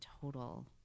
total